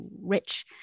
rich